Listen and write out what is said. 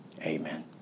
amen